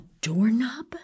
doorknob